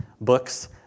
books